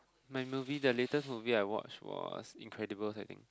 my movie that latest movie I watched was Incredible I think